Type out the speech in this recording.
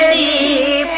e